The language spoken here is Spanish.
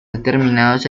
determinados